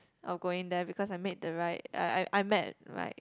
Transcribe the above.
of going there because I made the right uh I I met my